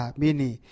bini